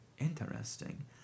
interesting